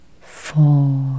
Four